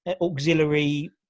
auxiliary